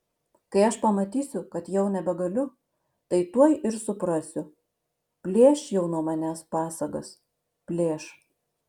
kai aš pamatysiu kad jau nebegaliu tai tuoj ir suprasiu plėš jau nuo manęs pasagas plėš